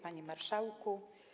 Panie Marszałku!